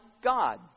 God